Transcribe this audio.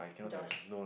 Josh